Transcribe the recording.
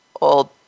old